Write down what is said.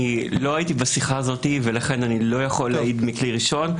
אני לא הייתי בשיחה הזאת ולכן אני לא יכול להעיד מכלי ראשון.